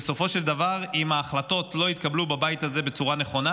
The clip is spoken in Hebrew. בסופו של דבר אם ההחלטות לא יתקבלו בבית הזה בצורה נכונה,